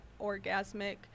orgasmic